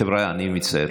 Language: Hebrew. חבריא, אני מצטער.